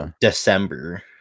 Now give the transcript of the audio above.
December